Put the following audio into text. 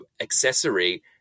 accessory